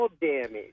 damage